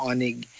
Onig